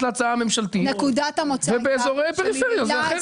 להצעה הממשלתית ובאזורי פריפריה זה אחרת.